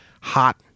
hot